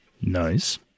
Nice